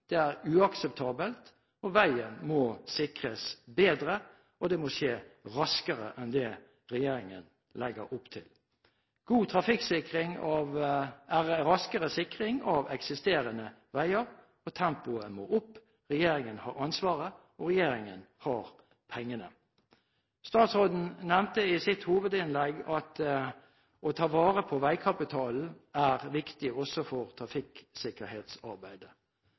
Det er uakseptabelt. Veien må sikres bedre, og det må skje raskere enn det regjeringen legger opp til. God trafikksikring er raskere sikring av eksisterende veier, og tempoet må opp. Regjeringen har ansvaret, og regjeringen har pengene. Statsråden nevnte i sitt hovedinnlegg at det å ta vare på veikapitalen er viktig også for trafikksikkerhetsarbeidet.